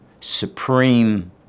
supreme